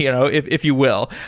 you know if if you will.